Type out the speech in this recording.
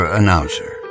announcer